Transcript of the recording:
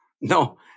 No